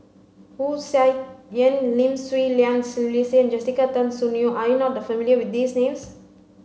Wu Tsai Yen Lim Swee Lian Sylvia and Jessica Tan Soon Neo are you not familiar with these names